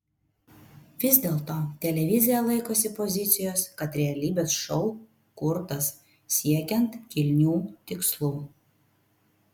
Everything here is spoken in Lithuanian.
vis dėlto televizija laikosi pozicijos kad realybės šou kurtas siekiant kilnių tikslų